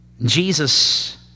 Jesus